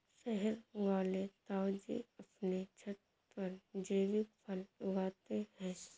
शहर वाले ताऊजी अपने छत पर जैविक फल उगाते हैं